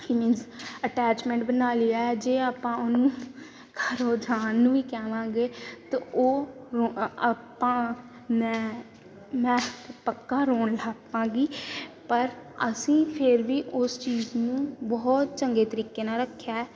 ਕਿ means attachment ਬਣਾ ਲਈ ਹੈ ਜੇ ਆਪਾਂ ਉਹਨੂੰ ਘਰੋਂ ਜਾਣ ਨੂੰ ਵੀ ਕਹਾਂਗੇ ਤਾਂ ਉਹ ਅ ਆਪਾਂ ਮੈਂ ਮੈਂ ਪੱਕਾ ਰੋਣ ਲੱਗ ਪਵਾਂਗੀ ਪਰ ਅਸੀਂ ਫਿਰ ਵੀ ਉਸ ਚੀਜ਼ ਨੂੰ ਬਹੁਤ ਚੰਗੇ ਤਰੀਕੇ ਨਾਲ ਰੱਖਿਆ